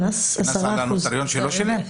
יש קנס על הנוטריון שלא שילם?